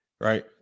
right